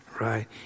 right